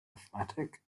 athletic